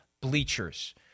bleachers